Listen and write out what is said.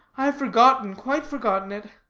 i have forgotten, quite forgotten it.